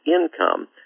income